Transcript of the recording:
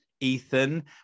ethan